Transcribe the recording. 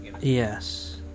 yes